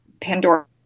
Pandora